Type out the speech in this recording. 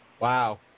Wow